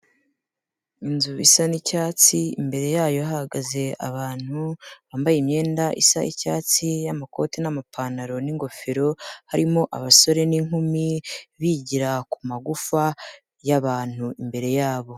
Inzu isa n'icyatsi imbere yayo hahagaze abantu bambaye imyenda isa icyatsi y'amakoti n'amapantaro n'ingofero, harimo abasore n'inkumi bigira ku magufa y'abantu imbere yabo.